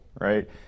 Right